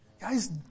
guys